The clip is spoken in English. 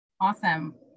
Awesome